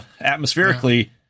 atmospherically